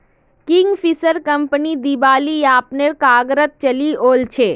Kingfisher company दिवालियापनेर कगारत चली ओल छै